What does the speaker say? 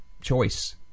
choice